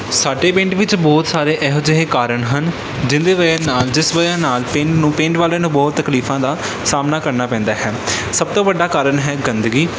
ਸਾਡੇ ਪਿੰਡ ਵਿੱਚ ਬਹੁਤ ਸਾਰੇ ਇਹੋ ਜਿਹੇ ਕਾਰਣ ਹਨ ਜਿੰਦੇ ਵਜਾਹ ਨਾਲ ਜਿਸ ਵਜਾਹ ਨਾਲ ਪਿੰਨ ਨੂੰ ਪਿੰਡ ਵਾਲਿਆਂ ਨੂੰ ਬਹੁਤ ਤਕਲੀਫਾਂ ਦਾ ਸਾਹਮਣਾ ਕਰਨਾ ਪੈਂਦਾ ਹੈ ਸਭ ਤੋਂ ਵੱਡਾ ਕਾਰਨ ਹੈ ਗੰਦਗੀ